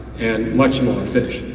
and much more fish.